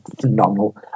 phenomenal